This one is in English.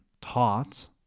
taught